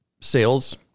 sales